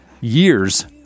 years